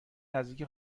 نزدیک